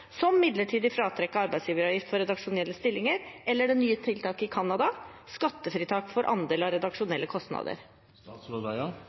som midlertidig fratrekk av arbeidsgiveravgiften for redaksjonelle stillinger eller det nye tiltaket i Canada, skattefritak for andel av